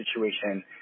situation